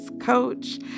coach